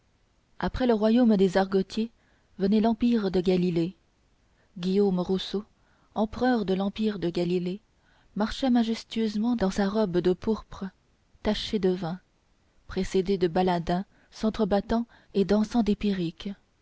après le royaume des argotiers venait l'empire de galilée guillaume rousseau empereur de l'empire de galilée marchait majestueusement dans sa robe de pourpre tachée de vin précédé de baladins sentre battant et dansant des